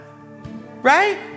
right